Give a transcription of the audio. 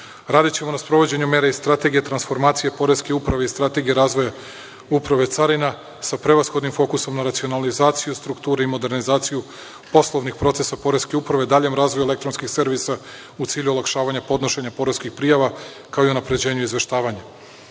Radićemo na sprovođenju mera i Strategije transformacije Poreske uprave i Strategije razvoja Uprave carina sa prevashodnim fokusom na racionalizaciju, strukturu i modernizaciju poslovnih procesa u Poreskoj upravi, daljem razvoju elektronskog servisa u cilju olakšavanja podnošenja poreskih prijava kao i unapređenje izveštavanja. Planirana